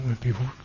people